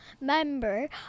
member